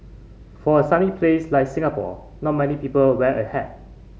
for a sunny place like Singapore not many people wear a hat